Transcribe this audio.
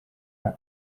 nta